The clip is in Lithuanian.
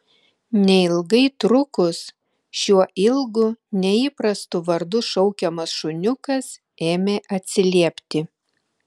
neilgai trukus šiuo ilgu neįprastu vardu šaukiamas šuniukas ėmė atsiliepti